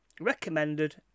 recommended